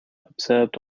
absurd